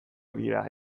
dira